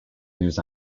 news